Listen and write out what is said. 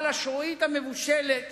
אבל לשעועית המבושלת